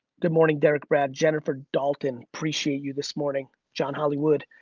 good morning derick, brad, jennifer dalkin, appreciate you this morning, john hollywood.